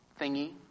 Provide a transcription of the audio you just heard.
thingy